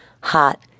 hot